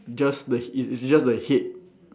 just the he~ it it's just the head